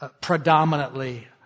predominantly